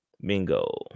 Mingo